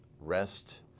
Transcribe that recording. rest